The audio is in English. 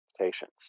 expectations